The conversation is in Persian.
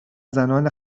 زنان